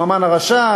הוא המן הרשע,